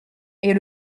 est